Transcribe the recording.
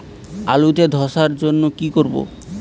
আলুতে ধসার জন্য কি করব?